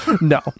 No